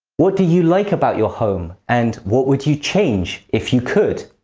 what do you like about your home, and what would you change if you could?